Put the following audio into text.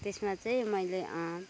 त्यसमा चाहिँ मैले